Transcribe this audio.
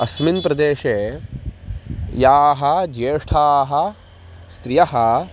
अस्मिन् प्रदेशे याः ज्येष्ठाः स्त्रियः